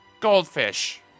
Goldfish